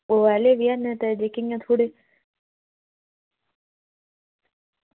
ओह् आह्ले बी हैन ते जेह्के इ'यां थोह्ड़े